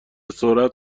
سرعت